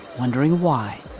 wondering why.